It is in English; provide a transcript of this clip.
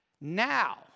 now